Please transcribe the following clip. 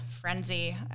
frenzy